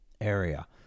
area